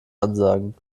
ansagen